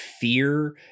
fear